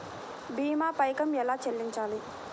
భీమా పైకం ఎలా చెల్లించాలి?